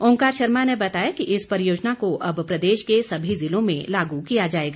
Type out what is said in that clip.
ओंकार शर्मा ने बताया कि इस परियोजना को अब प्रदेश के सभी जिलों में लागू किया जाएगा